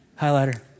highlighter